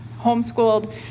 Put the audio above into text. homeschooled